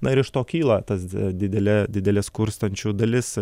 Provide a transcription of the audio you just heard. na ir iš to kyla tas didelė didelė skurstančių dalis